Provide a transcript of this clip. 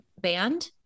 band